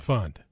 Fund